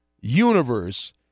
universe